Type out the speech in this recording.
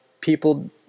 people